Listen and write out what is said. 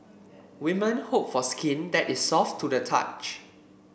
women hope for skin that is soft to the touch